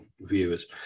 viewers